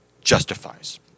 justifies